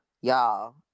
Y'all